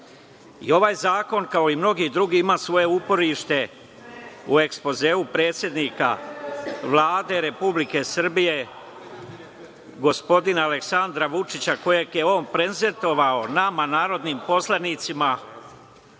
Ovaj zakon, kao i mnogi drugi ima svoje uporište u ekspozeu predsednika Vlade Republike Srbije, gospodina Aleksandra Vučića, kojeg je on prezentovao nama, narodnim poslanicima,